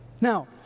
Now